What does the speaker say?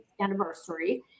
anniversary